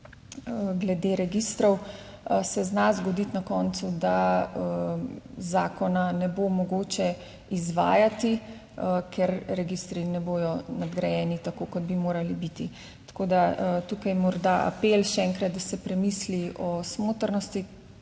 glede registrov se zna zgoditi na koncu, da zakona ne bo mogoče izvajati, ker registri ne bodo nadgrajeni tako, kot bi morali biti. Tako da tukaj je morda apel še enkrat, da se premisli o smotrnosti